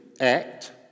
act